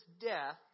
death